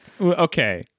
Okay